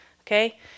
Okay